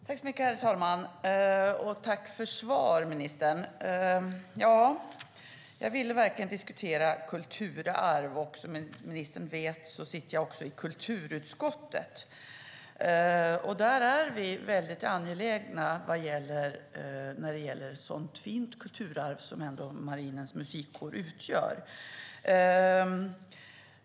Herr talman! Jag tackar ministern för svaret. Jag ville verkligen diskutera kulturarv. Som ministern vet sitter jag också i kulturutskottet. Där är vi angelägna om ett sådant fint kulturarv som Marinens Musikkår utgör.